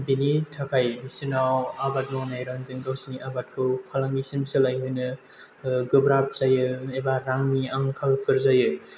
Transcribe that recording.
बेनि थाखाय बिसोरनाव आबाद मावनाय रांजों गावसोरनि आबादखौ फालांगिसिम सोलायहोनो गोब्राब जायो एबा रांनि आंखालफोर जायो